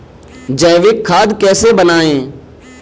जैविक खाद कैसे बनाएँ?